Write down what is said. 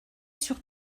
sur